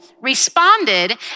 responded